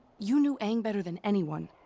you knew aang better than anyone.